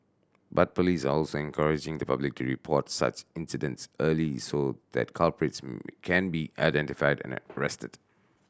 but police are also encouraging the public to report such incidents early so that culprits can be identified and arrested